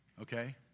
okay